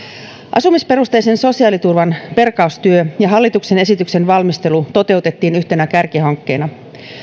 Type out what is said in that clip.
asumisperusteisen sosiaaliturvan perkaustyö ja hallituksen esityksen valmistelu toteutettiin yhtenä kärkihankkeena